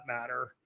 matter